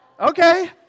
Okay